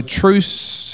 truce